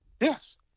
Yes